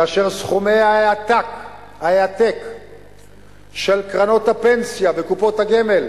כאשר סכומי העתק של קרנות הפנסיה וקופות הגמל